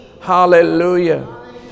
hallelujah